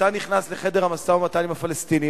כשאתה נכנס לחדר המשא-ומתן עם הפלסטינים,